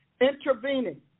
Intervening